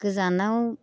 गोजानाव